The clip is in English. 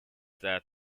that